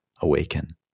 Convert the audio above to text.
awaken